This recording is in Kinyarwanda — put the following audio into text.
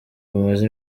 bumaze